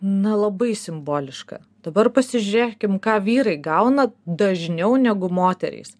na labai simboliška dabar pasižiūrėkim ką vyrai gauna dažniau negu moterys